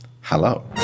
Hello